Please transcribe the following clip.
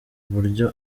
uburyo